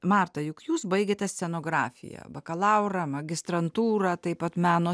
marta juk jūs baigėte scenografiją bakalaurą magistrantūrą taip pat meno